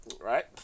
right